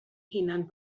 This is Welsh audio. hunan